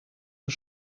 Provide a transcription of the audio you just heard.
een